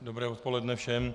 Dobré odpoledne všem.